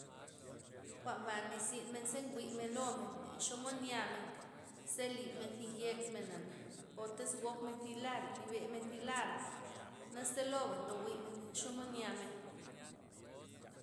Jwa'nba nlizyn men ze jwi men lomen, len chomod nyamen ze libmen zi yekmena' o tiz gokmen thi lar, libemen zi lara' naze loba ndo jwi'men len chomod nyamen.